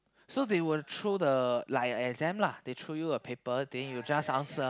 so they would throw the like a exam lah they throw you a paper then you just answer